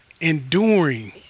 enduring